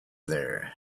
there